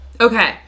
Okay